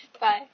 Bye